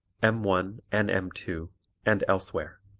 m one and m two and elsewhere.